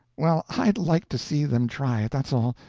well, i'd like to see them try it, that's all.